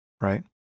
right